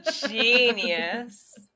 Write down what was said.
genius